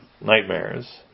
nightmares